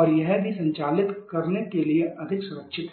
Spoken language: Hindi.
और यह भी संचालित करने के लिए अधिक सुरक्षित है